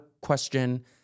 question